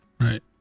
right